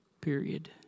Period